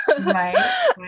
right